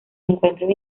encuentros